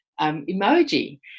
emoji